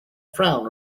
frown